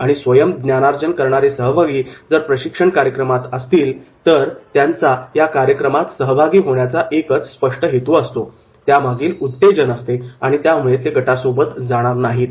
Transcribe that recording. आणि स्वयम् ज्ञानार्जन करणारे सहभागी जर प्रशिक्षण कार्यक्रमात असतील तर त्यांचा या कार्यक्रमात सहभागी होण्याचा एक स्पष्ट हेतू असतो त्यामागील उत्तेजन असते आणि त्यामुळे ते गटासोबत जाणार नाहीत